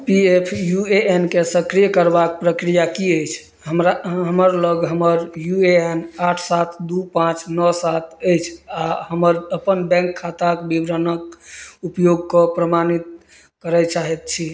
P F U A N के सक्रिय करबाक प्रक्रिया कि अछि हमरा अहाँ हमरलग हमर यू ए एन आठ सात दुइ पाँच नओ सात अछि आओर हमर अपन बैँक खाताके विवरणके उपयोग कऽ प्रमाणित करऽ चाहै छी